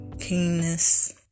keenness